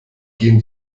gehen